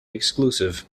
exclusive